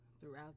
throughout